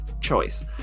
choice